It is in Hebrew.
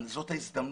זאת ההזדמנות.